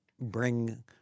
bring